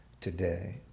today